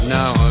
Now